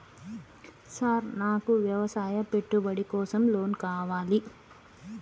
Sir నాకు వ్యవసాయ పెట్టుబడి కోసం లోన్ కావాలి?